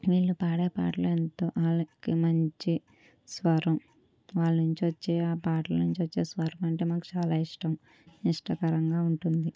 వీళ్ళు పాడే పాటలు ఎంతో వాళ్ళకి మంచి స్వరం వాళ్ళ నుంచి వచ్చే ఆ పాటల నుంచి వచ్చే స్వరం అంటే మాకు చాలా ఇష్టం ఇష్టకరంగా ఉంటుంది